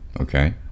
Okay